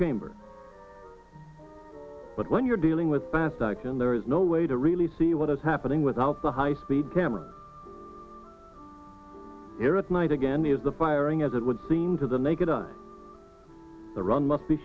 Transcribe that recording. chamber but when you're dealing with fast action there is no way to really see what is happening without the high speed camera here at night again is the firing as it would seem to the naked on the run must be